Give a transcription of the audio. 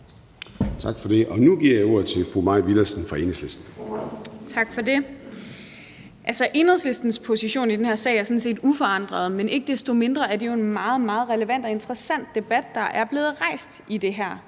Tak for det. Nu giver jeg ordet til fru Mai Villadsen fra Enhedslisten. Kl. 13:40 Mai Villadsen (EL): Tak for det. Enhedslistens position i den her sag er sådan set uforandret, men ikke desto mindre er det jo en meget relevant og interessant debat, der er blevet rejst her